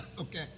Okay